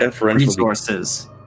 resources